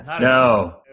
No